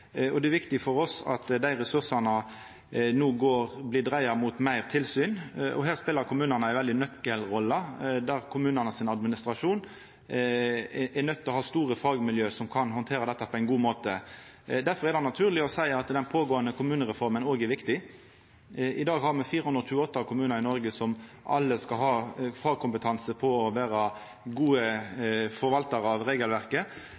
Det er viktig for oss at dei ressursane no blir dreidde mot meir tilsyn. Her spelar kommunane ei viktig nøkkelrolle, og kommunane sin administrasjon er nøydd til å ha store fagmiljø som kan handtera dette på ein god måte. Derfor er det naturleg å seia at den pågåande kommunereforma òg er viktig. I dag har me 428 kommunar i Noreg, som alle skal ha fagkompetanse på å vera gode forvaltarar av regelverket.